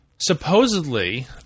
supposedly